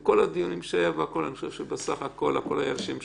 אני חושב שבסך הכול, הכול היה לשם שמים.